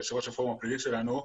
יושב-ראש הפורום הפלילי שלנו,